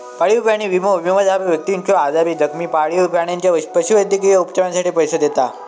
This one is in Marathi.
पाळीव प्राणी विमो, विमोधारक व्यक्तीच्यो आजारी, जखमी पाळीव प्राण्याच्या पशुवैद्यकीय उपचारांसाठी पैसो देता